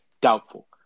Doubtful